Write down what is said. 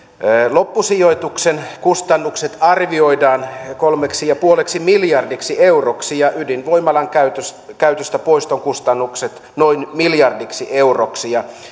loppusijoituksen kustannukset arvioidaan kolmeksi pilkku viideksi miljardiksi euroksi ja ydinvoimalan käytöstä käytöstä poiston kustannukset noin miljardiksi euroksi